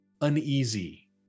uneasy